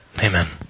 Amen